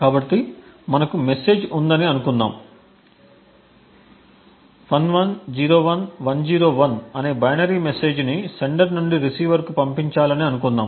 కాబట్టి మనకు మెసేజ్ ఉందని అనుకుందాము 1101101 అనే బైనరీ మెసేజ్ని సెండర్ నుండి రిసీవర్కు పంపించాలని అనుకుందాం